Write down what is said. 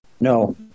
no